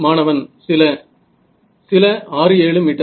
மாணவன் சில சில 6 7 மீட்டர்கள்